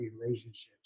relationships